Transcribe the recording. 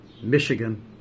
Michigan